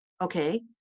Okay